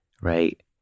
right